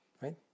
right